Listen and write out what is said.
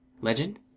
Legend